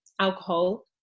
alcohol